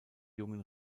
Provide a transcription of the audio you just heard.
jungen